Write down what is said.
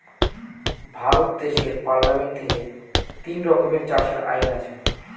ভারত দেশের পার্লামেন্ট থেকে তিন রকমের চাষের আইন আছে